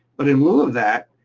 but in lieu of that,